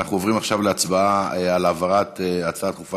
אנחנו עוברים עכשיו להצבעה על העברת ההצעה הדחופה